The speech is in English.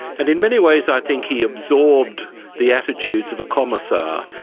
and in many ways i think he absorbed the attitudes of a commissar,